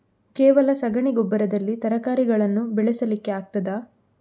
ಕೇವಲ ಸಗಣಿ ಗೊಬ್ಬರದಲ್ಲಿ ತರಕಾರಿಗಳನ್ನು ಬೆಳೆಸಲಿಕ್ಕೆ ಆಗ್ತದಾ?